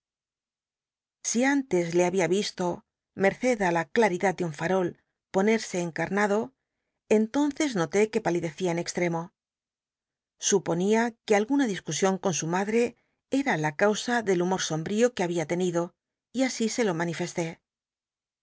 si antes le habia visto merced á la claridad de un farol ponerse encarn ado entonces noté que palidecía en extremo suponía que alguna discusion con su madre era la causa del humor sombrío que habia tenido y así se lo manifesté